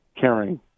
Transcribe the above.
caring